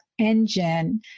engine